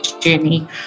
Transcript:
journey